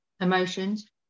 emotions